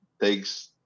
takes